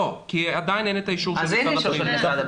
לא, כי עדיין אין את האישור של משרד הבריאות.